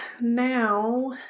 now